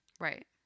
Right